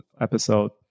episode